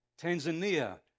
Tanzania